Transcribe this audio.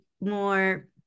more